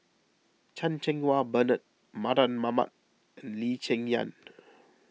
Chan Cheng Wah Bernard Mardan Mamat and Lee Cheng Yan